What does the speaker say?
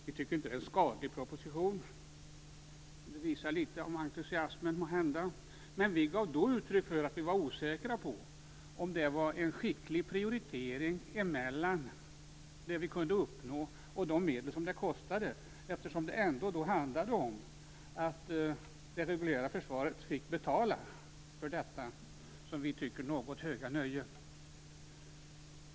Vi tycker inte att det är en skadlig proposition - detta visar måhända litet av entusiasmen. Men vi gav då uttryck för att vi var osäkra på om det var en skicklig prioritering mellan det vi kunde uppnå och de medel som det kostade, eftersom det ändå handlade om att det reguljära försvaret fick betala för detta som vi tycker något höga nöje.